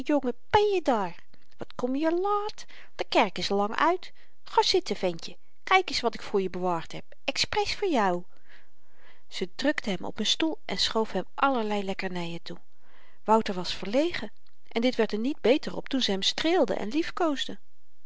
ben je daar wat kom je laat de kerk is lang uit ga zitten ventje kyk eens wat ik voor je bewaard heb expres voor jou ze drukte hem op n stoel en schoof hem allerlei lekkernyen toe wouter was verlegen en dit werd er niet beter op toen ze hem streelde en